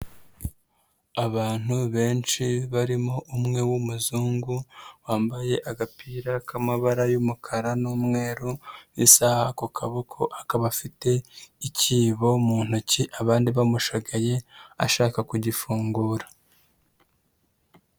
Abantu benshi barimo umwe w'umuzungu wambaye agapira k'amabara y'umukara n'umweru, isaha ku kaboko, akaba afite ikibo mu ntoki, abandi bamushagaye, ashaka kugifungura.